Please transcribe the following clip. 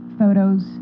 photos